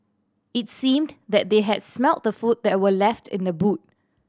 it seemed that they had smelt the food that were left in the boot